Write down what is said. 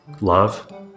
Love